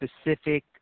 specific –